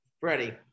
Freddie